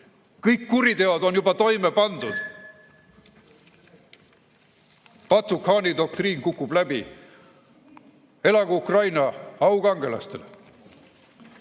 Kõik kuriteod on juba toime pandud. Batu-khaani doktriin kukub läbi. Elagu Ukraina! Au kangelastele!